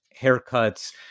haircuts